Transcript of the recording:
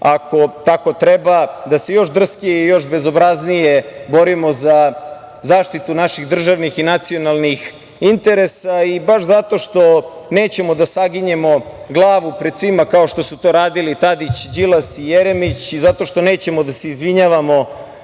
ako tako treba, još drskije i bezobraznije borimo za zaštitu naših državnih i nacionalnih interesa. Baš zato što nećemo da saginjemo glavu pred svima kao što su to radili Tadić, Đilas i Jeremić i zato što nećemo da se izvinjavamo